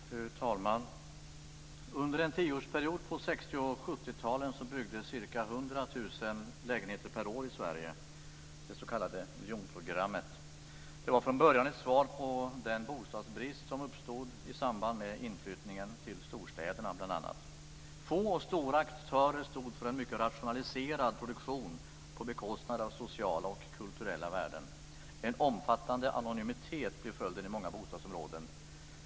Fru talman! Under en tioårsperiod på 60 och 70 talen byggdes ca 100 000 lägenheter per år i Sverige, det s.k. miljonprogrammet. Det var från början ett svar på den bostadsbrist som uppstod i samband med inflyttningen till bl.a. storstäderna. Få och stora aktörer stod för en mycket rationaliserad produktion på bekostnad av sociala och kulturella värden. En omfattande anonymitet blev följden i många bostadsområden.